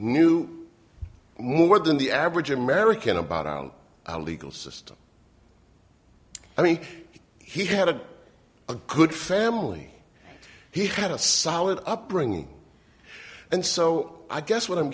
knew more than the average american about our own legal system i mean he had a good family he had a solid upbringing and so i guess what i'm